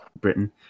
Britain